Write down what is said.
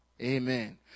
amen